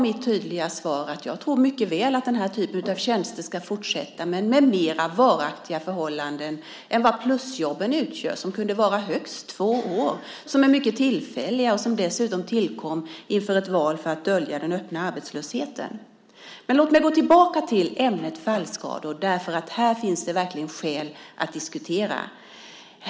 Mitt tydliga svar var att jag mycket väl tror att den typen av tjänster ska fortsätta men med mer varaktiga förhållanden än vad plusjobben utgör, som kan vara högst två år. De är mycket tillfälliga och tillkom dessutom inför ett val för att dölja den öppna arbetslösheten. Men låt mig gå tillbaka till ämnet fallskador därför att detta finns det verkligen skäl att diskutera.